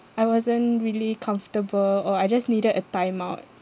I wasn't really comfortable or I just needed a time out